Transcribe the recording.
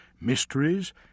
mysteries